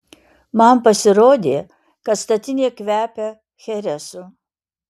man pasirodė kad statinė kvepia cheresu